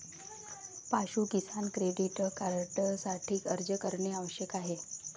पाशु किसान क्रेडिट कार्डसाठी अर्ज करणे आवश्यक आहे